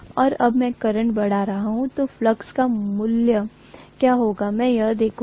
और जब मैं करंट बढ़ा रहा हूँ तो फ्लक्स का मूल्य क्या होगा मैं यह देखूँगा